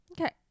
Okay